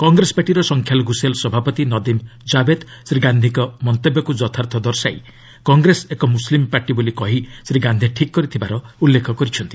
କଂଗ୍ରେସ ପାର୍ଟିର ସଂଖ୍ୟାଲଘୁ ସେଲ୍ ସଭାପତି ନଦିମ୍ ଜାଭେଦ୍ ଶ୍ରୀ ଗାନ୍ଧିଙ୍କ ମନ୍ତବ୍ୟକୁ ଯଥାର୍ଥ ଦର୍ଶାଇ କଂଗ୍ରେସ ଏକ ମୁସ୍ଲିମ୍ ପାର୍ଟି ବୋଲି କହି ଶ୍ରୀ ଗାନ୍ଧି ଠିକ୍ କରିଥିବାର ଉଲ୍ଲେଖ କରିଛନ୍ତି